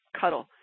cuddle